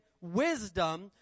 wisdom